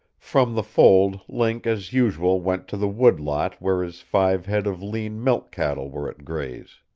from the fold link as usual went to the woodlot where his five head of lean milch cattle were at graze.